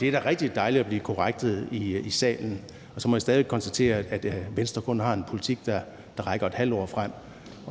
Det er da rigtig dejligt at blive korrekset i salen. Og så må jeg stadig væk konstatere, at Venstre har en politik, der kun rækker et halvt år frem.